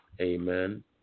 Amen